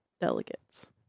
delegates